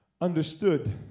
understood